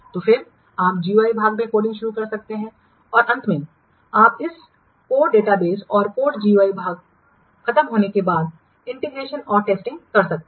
तो फिर आप GUI भाग में कोडिंग शुरू कर सकते हैं और अंत में आप इस कोड डेटाबेस और कोड GUI भाग खत्म होने के बाद इंटीग्रेशन और टेस्टिंग कर सकते हैं